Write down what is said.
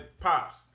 Pops